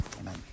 Amen